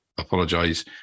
Apologise